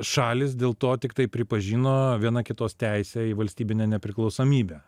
šalys dėl to tiktai pripažino viena kitos teisę į valstybinę nepriklausomybę